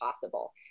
possible